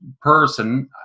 person